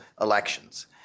elections